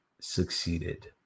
succeeded